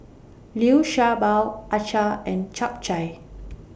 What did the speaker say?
Liu Sha Bao Acar and Chap Chai